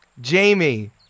Jamie